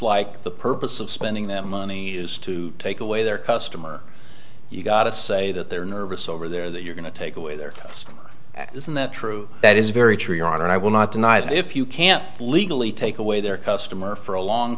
like the purpose of spending that money is to take away their customer you've got to say that they're nervous over there that you're going to take away their costs isn't that true that is very true your honor and i will not deny that if you can't legally take away their customer for a long